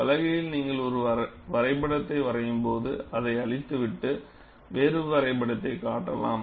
பலகையில் நீங்கள் ஒரு வரைபடத்தை வரையும்போது அதை அழித்துவிட்டு வேறு வரைபடத்தைக் காட்டலாம்